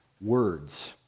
words